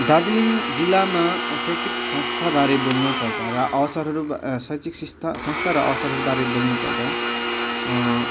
दार्जिलिङ जिल्लामा शैक्षिक संस्थाबारे बोल्नुपर्दा र अवसरहरू शैक्षिक सिस्ता संस्था र अवसरहरूबारे बोल्नुपर्दा